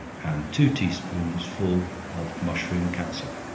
and two tea-spoonsful of mushroom catsup